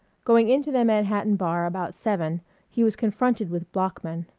going into the manhattan bar about seven he was confronted with bloeckman.